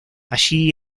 allí